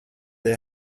they